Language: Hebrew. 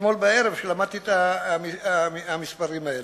אתמול בערב, כשלמדתי את המספרים האלה.